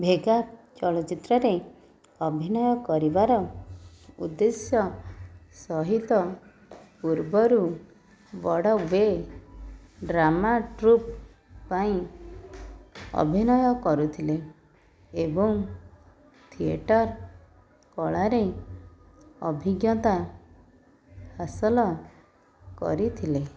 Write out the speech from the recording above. ଭେଗା ଚଳଚ୍ଚିତ୍ରରେ ଅଭିନୟ କରିବାର ଉଦ୍ଦେଶ୍ୟ ସହିତ ପୂର୍ବରୁ ବଡ଼ ୱେ ଡ୍ରାମା ଟ୍ରୁପ୍ ପାଇଁ ଅଭିନୟ କରୁଥିଲେ ଏବଂ ଥିଏଟର୍ କଳାରେ ଅଭିଜ୍ଞତା ହାସଲ କରିଥିଲେ